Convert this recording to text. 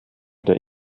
der